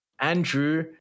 Andrew